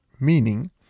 meaning